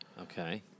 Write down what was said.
Okay